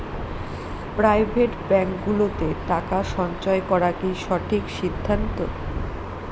Private ব্যাঙ্কগুলোতে টাকা সঞ্চয় করা কি সঠিক সিদ্ধান্ত?